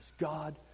God